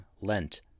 Lent